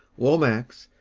lomax,